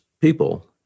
people